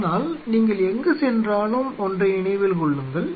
ஆனால் நீங்கள் எங்கு சென்றாலும் ஒன்றை நினைவில் கொள்ளுங்கள்